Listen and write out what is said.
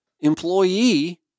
employee